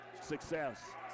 success